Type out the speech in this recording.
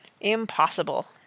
Impossible